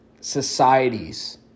societies